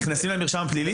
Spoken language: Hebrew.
נכנסים למרשם הפלילי?